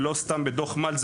זה לא סתם בדוח מלץ,